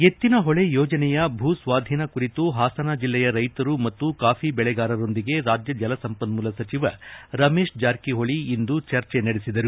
ಎತ್ತಿನಹೊಳೆ ಯೋಜನೆಯ ಭೂ ಸ್ವಾಧೀನ ಕುರಿತು ಹಾಸನ ಜಿಲ್ಲೆಯ ರೈತರು ಮತ್ತು ಕಾಫಿ ಬೆಳೆಗಾರರೊಂದಿಗೆ ರಾಜ್ಯ ಜಲಸಂಪನ್ಮೊಲ ಸಚಿವ ರಮೇಶ್ ಜಾರಕಿಹೊಳಿ ಇಂದು ಚರ್ಚೆ ನಡೆಸಿದರು